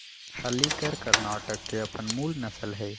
हल्लीकर कर्णाटक के अप्पन मूल नसल हइ